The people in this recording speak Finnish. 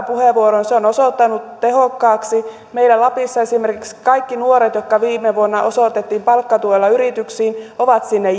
puheenvuoron se on osoittautunut tehokkaaksi meillä lapissa esimerkiksi kaikki nuoret jotka viime vuonna osoitettiin palkkatuella yrityksiin ovat sinne